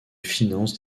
finances